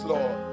Lord